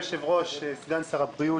סגן שר הבריאות.